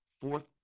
fourth